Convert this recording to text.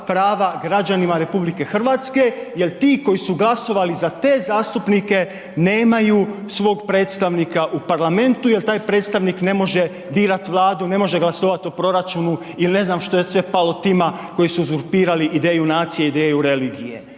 prava građanima RH jel ti koji su glasovali za te zastupnike nemaju svog predstavnika u Parlamentu jer ta j predstavnik ne može birat Vladu, ne može glasovati o proračunu ili ne znam što je sve palo tima koji su uzurpirali ideju nacije i ideju religije.